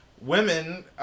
women